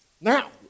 Now